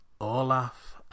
Olaf